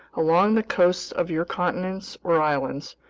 along the coasts of your continents or islands,